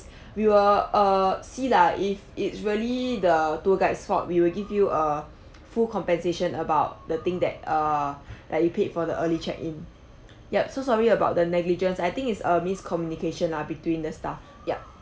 we will err see lah if it's really the tour guide's fault we will give you a full compensation about the thing that err like you paid for the early check in yup so sorry about the negligence I think is a miscommunication lah between the staff yup